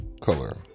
color